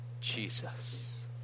Jesus